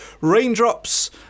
Raindrops